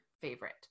favorite